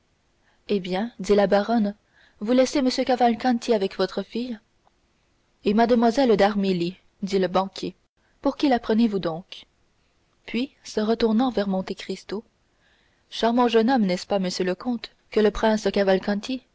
eh bien dit la baronne vous laissez m cavalcanti avec votre fille et mlle d'armilly dit le banquier pour qui la prenez-vous donc puis se retournant vers monte cristo charmant jeune homme n'est-ce pas monsieur le comte que le prince cavalcanti